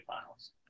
Finals